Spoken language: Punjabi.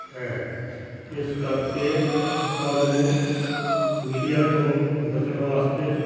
ਹੈ ਇਸ ਕਰਕੇ ਸਭ ਨੂੰ ਮੀਡੀਆ ਤੋਂ ਬਚਣ ਵਾਸਤੇ